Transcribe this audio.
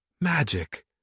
Magic